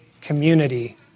community